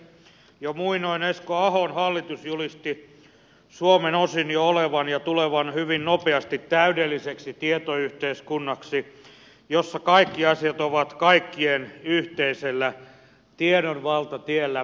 jo muinoin esko ahon hallitus julisti suomen osin jo olevan ja tulevan hyvin nopeasti sellaiseksi täydellinen tietoyhteiskunta jossa kaikki asiat ovat kaikkien yhteisellä tiedon valtatiellä